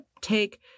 take